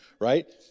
Right